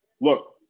Look